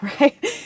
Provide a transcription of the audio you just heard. Right